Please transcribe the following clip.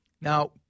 Now